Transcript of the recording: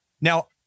Now